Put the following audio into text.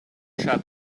shut